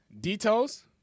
Details